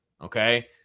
Okay